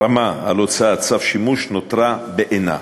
הרמ"א על הוצאת צו שימוש נותרה בעינה.